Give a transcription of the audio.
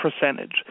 percentage